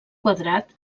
quadrat